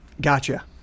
Gotcha